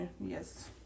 Yes